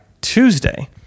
Tuesday